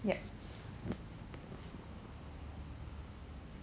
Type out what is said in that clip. yup